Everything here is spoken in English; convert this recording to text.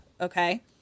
Okay